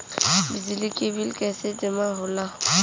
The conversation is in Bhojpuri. बिजली के बिल कैसे जमा होला?